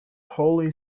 wholly